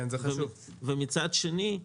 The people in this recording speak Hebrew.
מצד שני,